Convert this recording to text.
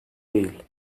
değil